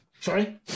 Sorry